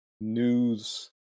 news